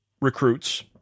recruits